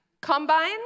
Combine